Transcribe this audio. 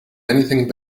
anything